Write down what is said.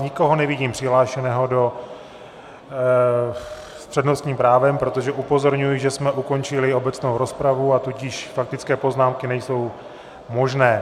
Nikoho nevidím přihlášeného s přednostním právem, protože, upozorňuji, že jsme ukončili obecnou rozpravu, a tudíž faktické poznámky nejsou možné.